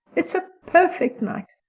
it's a perfect night,